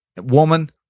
woman